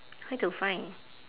where to find